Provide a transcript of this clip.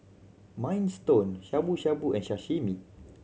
Minestrone Shabu Shabu and Sashimi